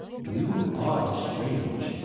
you are strange.